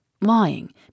lying